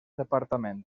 departament